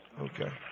Okay